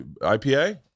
ipa